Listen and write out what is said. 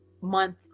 month